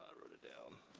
ah wrote it down.